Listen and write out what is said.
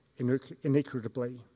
inequitably